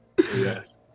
Yes